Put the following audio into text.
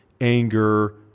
anger